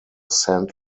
saint